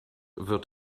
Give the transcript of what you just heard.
wird